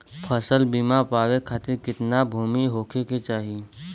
फ़सल बीमा पावे खाती कितना भूमि होवे के चाही?